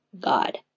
God